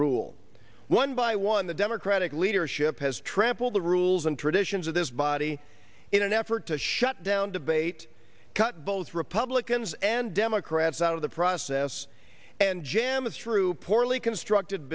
rule one by one the democratic leadership has trampled the rules and traditions of this body in an effort to shut down debate cut both republicans and democrats out of the process and jam it through poorly constructed